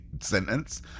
sentence